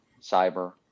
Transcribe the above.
cyber